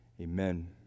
amen